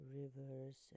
rivers